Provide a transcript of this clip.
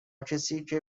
کسیکه